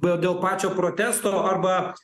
dėl pačio protesto arba